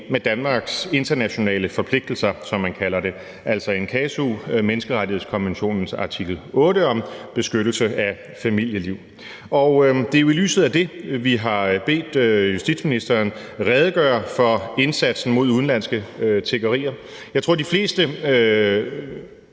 med Danmarks internationale forpligtelser, som man kalder det, altså in casu Den Europæiske Menneskerettighedskonventions artikel 8 om beskyttelse af familielivet. Og det er i lyset af det, vi har bedt justitsministeren redegøre for indsatsen mod udenlandsk tiggeri. Jeg tror, de fleste